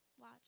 Watch